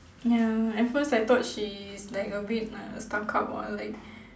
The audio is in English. ya at first I thought she's like a bit uh stuck up or like